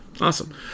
Awesome